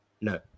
no